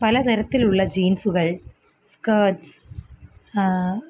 പലതരത്തിലുള്ള ജീന്സുകള് സ്കേട്ട്സ്